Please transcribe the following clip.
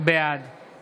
בעד